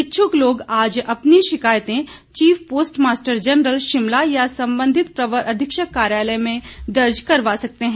इच्छुक लोग आज अपनी शिकायतें चीफ पोस्टमास्टर जनरल शिमला या संबंधित प्रवर अधीक्षक कार्यालय में दर्ज करवा सकते हैं